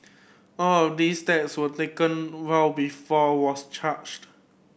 all of these steps were taken well before was charged